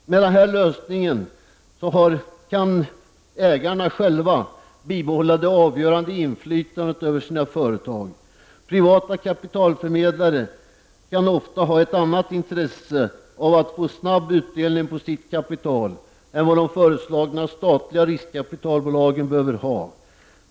Med den här lösningen kan ägarna själva bibehålla det avgörande inflytandet över sina företag. Privata kapitalförmedlare kan ofta ha ett annat intresse av att få snabb utdelning på sitt kapital än vad de föreslagna statliga riskkapitalbolagen behöver ha.